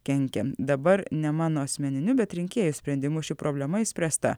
kenkia dabar ne mano asmeniniu bet rinkėjų sprendimu ši problema išspręsta